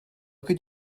could